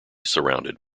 surrounded